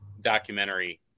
documentary